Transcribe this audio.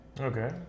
Okay